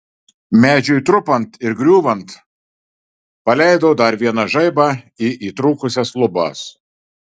medžiui trupant ir griūvant paleidau dar vieną žaibą į įtrūkusias lubas